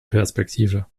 perspektive